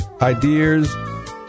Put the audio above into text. ideas